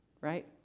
right